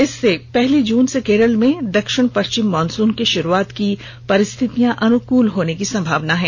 इससे पहली जून से केरल में दक्षिण पश्चिम मानसून की शुरुआत की परिस्थितियां अनुकूल होने की संभावना है